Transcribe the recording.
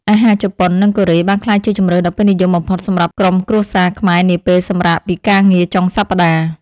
អាហារជប៉ុន និងកូរ៉េបានក្លាយជាជម្រើសដ៏ពេញនិយមបំផុតសម្រាប់ក្រុមគ្រួសារខ្មែរនាពេលសម្រាកពីការងារចុងសប្តាហ៍។